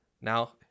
Now